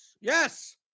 Yes